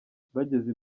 bageze